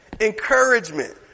Encouragement